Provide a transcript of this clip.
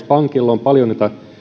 pankilla on paljon